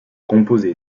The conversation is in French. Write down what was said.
composé